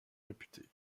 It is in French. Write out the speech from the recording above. réputé